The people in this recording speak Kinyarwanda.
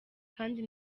kandi